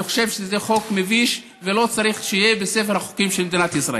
אני חושב שזה חוק מביש ולא צריך שיהיה בספר החוקים של מדינת ישראל.